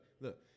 look